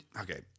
okay